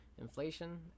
inflation